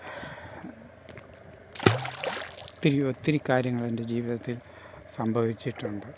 ഒത്തിരി ഒത്തിരി കാര്യങ്ങൾ എൻ്റെ ജീവിതത്തിൽ സംഭവിച്ചിട്ടുണ്ട്